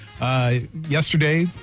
Yesterday